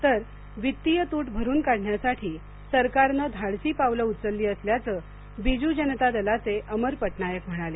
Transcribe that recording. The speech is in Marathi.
तर वित्तीय तूट भरून काढण्यासाठी सरकारनं धाडसी पावलं उचलली असल्याचं बीजू जनता दलाचे अमर पटनायक म्हणाले